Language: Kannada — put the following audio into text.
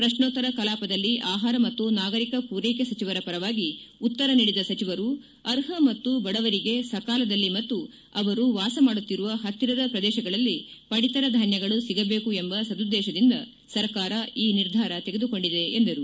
ಪ್ರಕ್ನೋತ್ತರ ಕಲಾಪದಲ್ಲಿ ಆಹಾರ ಮತ್ತು ನಾಗರಿಕ ಪೂರೈಕೆ ಸಚಿವರ ಪರವಾಗಿ ಉತ್ತರ ನೀಡಿದ ಸಚಿವರು ಅರ್ಹ ಮತ್ತು ಬಡವರಿಗೆ ಸಕಾಲದಲ್ಲಿ ಮತ್ನು ಅವರು ವಾಸ ಮಾಡುತ್ತಿರುವ ಹತ್ತಿರದ ಪ್ರದೇಶಗಳಲ್ಲೇ ಪಡಿತರ ಧಾನ್ಯಗಳು ಒಗಬೇಕು ಎಂಬ ಸದುದ್ದೇಶದಿಂದ ಸರ್ಕಾರ ಈ ನಿರ್ಧಾರ ತೆಗೆದುಕೊಂಡಿದೆ ಎಂದರು